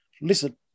Listen